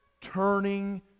turning